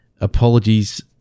Apologies